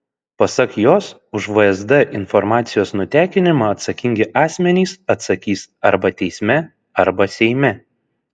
pasak jos už vsd informacijos nutekinimą atsakingi asmenys atsakys arba teisme arba seime